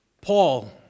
Paul